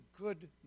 good